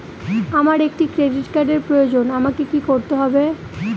আমার একটি ক্রেডিট কার্ডের প্রয়োজন আমাকে কি করতে হবে?